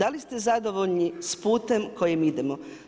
Da li ste zadovoljni sa putem kojim idemo?